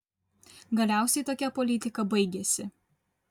galiausiai tokia politika baigėsi